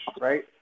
right